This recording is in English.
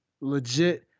legit